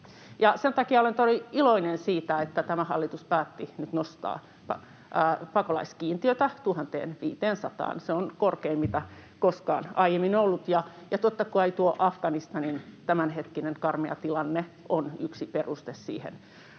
sen takia olen iloinen siitä, että tämä hallitus päätti nyt nostaa pakolaiskiintiötä 1 500:aan. Se on korkein, mitä koskaan aiemmin on ollut, ja totta kai tuo Afganistanin tämän hetkinen karmea tilanne on yksi peruste kiintiön